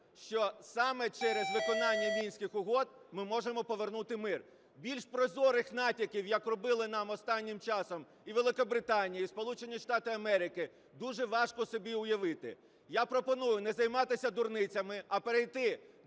що саме через виконання Мінських угод ми можемо повернути мир. Більш прозорих натяків, як робили нам останнім часом і Великобританія, і Сполучені Штати Америки, дуже важко собі уявити. Я пропоную не займатися дурницями, а перейти